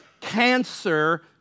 cancer